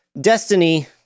Destiny